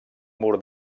mur